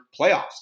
playoffs